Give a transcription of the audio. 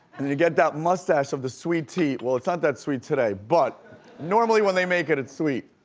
and then you get that mustache of the sweet tea. well, it's not that sweet today, but normally when they make it, it's sweet.